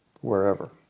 wherever